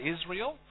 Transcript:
Israel